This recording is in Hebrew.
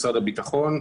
משרד הביטחון,